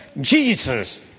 Jesus